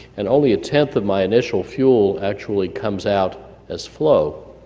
and only a tenth of my initial fuel actually comes out as flow.